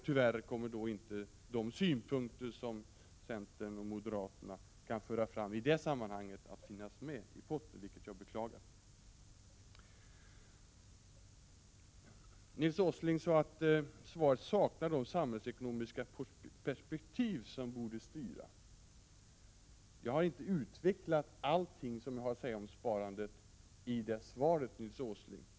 Tyvärr kommer de synpunkter som centern och moderaterna kan föra fram i detta sammanhang inte att finnas med i potten, vilket jag beklagar. Nils Åsling sade att svaret saknade de samhällsekonomiska perspektiv som borde styra. Jag har i svaret inte utvecklat allting som jag har att säga om sparandet, Nils Åsling.